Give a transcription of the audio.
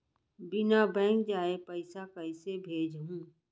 बिना बैंक जाये पइसा कइसे भेजहूँ?